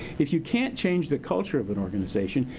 if you can't change the culture of an organization,